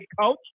coach